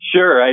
Sure